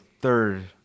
third